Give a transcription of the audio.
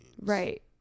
Right